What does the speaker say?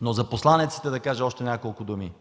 Но да кажа още няколко думи